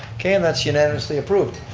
okay and that's unanimously approved.